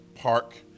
park